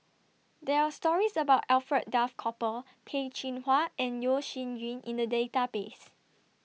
There Are stories about Alfred Duff Cooper Peh Chin Hua and Yeo Shih Yun in The Database